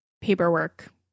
paperwork